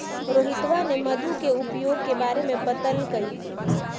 रोहितवा ने मधु के उपयोग के बारे में बतल कई